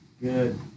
Good